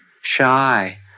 shy